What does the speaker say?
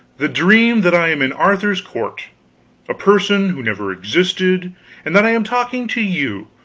the dream that i am in arthur's court a person who never existed and that i am talking to you,